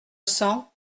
cents